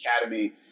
academy